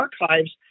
archives